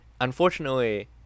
Unfortunately